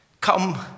come